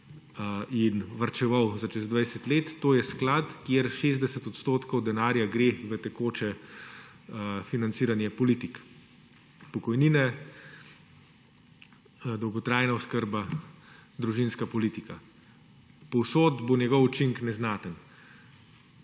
in varčeval za čez 20 let, to je sklad, kjer 60 % denarja gre v tekoče financiranje politik, pokojnine, dolgotrajna oskrba, družinska politika, povsod bo njegov učinek neznaten.